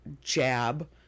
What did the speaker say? jab